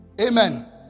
amen